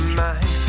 mind